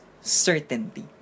certainty